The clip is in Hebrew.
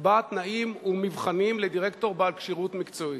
יקבע תנאים ומבחנים לדירקטור בעל כשירות מקצועית.